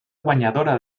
guanyadora